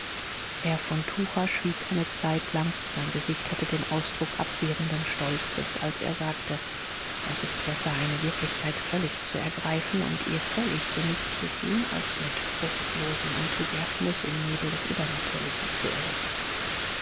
herr von tucher schwieg eine zeitlang sein gesicht hatte den ausdruck abwehrenden stolzes als er sagte es ist besser eine wirklichkeit völlig zu ergreifen und ihr völlig genugzutun als mit fruchtlosem enthusiasmus im nebel des übersinnlichen zu irren